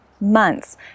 months